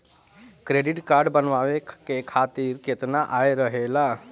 Credit card बनवाए के खातिर केतना आय रहेला?